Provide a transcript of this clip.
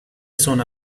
sono